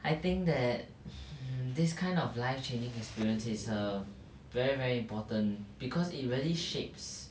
I think that mm this kind of life changing experience is a very very important because it really shapes